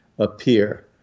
appear